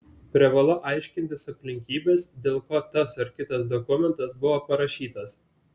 privalu aiškintis aplinkybes dėl ko tas ar kitas dokumentas buvo parašytas